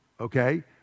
Okay